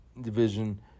division